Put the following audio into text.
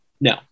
No